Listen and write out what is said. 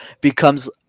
becomes